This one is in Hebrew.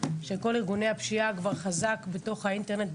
כשכל ארגוני הפשיעה כבר חזק בתוך האינטרנט,